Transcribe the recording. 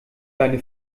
deine